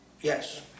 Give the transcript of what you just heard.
Yes